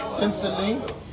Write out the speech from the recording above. Instantly